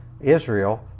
Israel